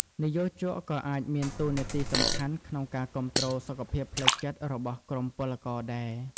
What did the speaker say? និយោជកក៏អាចមានតួនាទីសំខាន់ក្នុងការគាំទ្រសុខភាពផ្លូវចិត្តរបស់ក្រុមពលករដែរ។